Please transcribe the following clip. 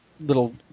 little